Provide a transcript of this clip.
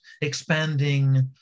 expanding